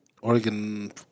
Oregon